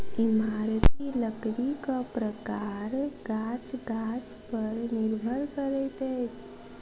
इमारती लकड़ीक प्रकार गाछ गाछ पर निर्भर करैत अछि